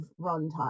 runtime